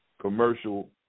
commercial